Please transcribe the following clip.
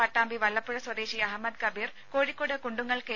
പട്ടാമ്പി വല്ലപ്പുഴ സ്വദേശി അഹമ്മദ് കബീർ കോഴിക്കോട് കുണ്ടുങ്ങൽ കെ